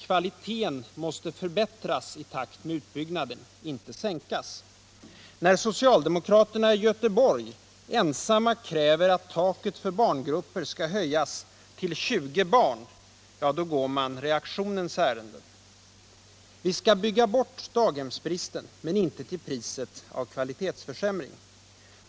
Kvaliteten måste förbättras i takt med utbyggnaden — inte sänkas. När socialdemokraterna i Göteborg ensamma av alla partier kräver att taket för barngrupper skall höjas till 20 barn, då går man reaktionens ärenden. Vi skall bygga bort daghemsbristen, men inte till priset av kvalitetsförsämring.